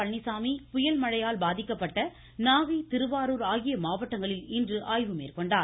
பழனிசாமி புயல் மழையால் பாதிக்கப்பட்ட நாகை திருவாரூர் ஆகிய மாவட்டங்களில் இன்று ஆய்வு மேற்கொண்டார்